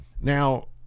Now